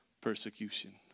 persecution